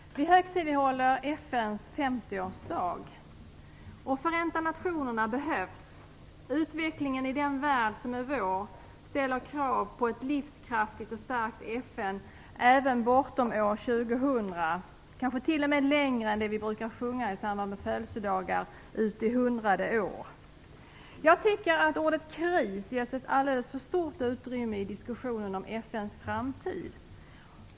Fru talman! Vi högtidlighåller FN:s 50-årsdag. Förenta nationerna behövs! Utvecklingen i den värld som är vår ställer krav på ett livskraftigt och starkt FN även bortom år 2000, kanske till och med längre än det vi brukar sjunga i samband med födelsedagar: "uti hundrade år". Jag tycker att ordet "kris" ges ett alldeles för stort utrymme i diskussionen om FN:s framtid.